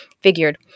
figured